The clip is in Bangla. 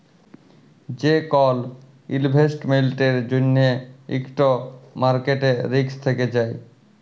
যে কল ইলভেস্টমেল্টের জ্যনহে ইকট মার্কেট রিস্ক থ্যাকে যায়